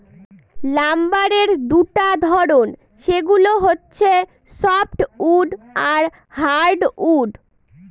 লাম্বারের দুটা ধরন, সেগুলো হচ্ছে সফ্টউড আর হার্ডউড